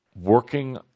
working